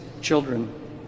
children